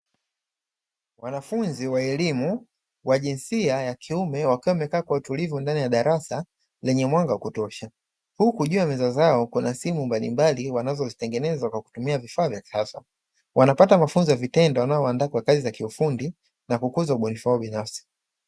Wanafunzi wa elimu wa jinsia ya kiume wakiwa wamekaa kwa utulivu ndani ya darasa lenye mwanga wa kutosha, huku juu ya meza zao kuna simu mbalimbali wanazozitengeneza kwa kutumia vifaa vya kisasa, wanapata mafunzo ya vitendo yanayowandaa kwa kazi za kiufundi na kukuza ubunifu wao binafsi.